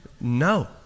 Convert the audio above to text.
no